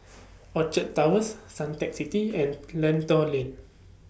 Orchard Towers Suntec City and Lentor Lane